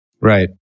Right